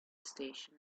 station